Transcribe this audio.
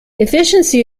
efficiency